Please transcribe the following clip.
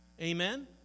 Amen